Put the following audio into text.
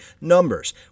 numbers